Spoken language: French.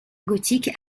gothique